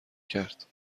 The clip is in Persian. کرد